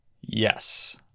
Yes